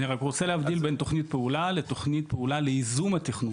אני רק רוצה להבדיל בין תוכנית פעולה לתוכנית פעולה לייזום התכנון.